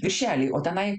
viršeliai o tenai